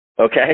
okay